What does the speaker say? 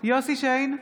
יוסף שיין,